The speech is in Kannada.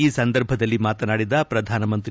ಈ ಸಂದರ್ಭದಲ್ಲಿ ಮಾತನಾಡಿದ ಪ್ರಧಾನಮಂತ್ರಿ